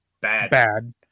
bad